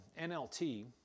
NLT